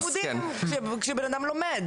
כאשר בן אדם לומד,